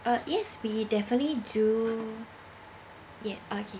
uh yes we definitely do yeah okay